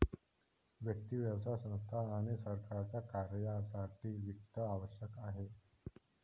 व्यक्ती, व्यवसाय संस्था आणि सरकारच्या कार्यासाठी वित्त आवश्यक आहे